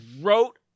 wrote